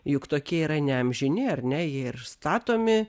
juk tokie yra neamžini ar ne jie ir statomi